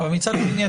אבל מצד שני,